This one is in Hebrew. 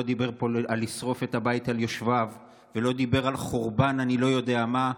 דיבר פה על לשרוף את הבית על יושביו ולא דיבר על חורבן ואני לא יודע מה.